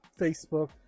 Facebook